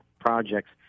projects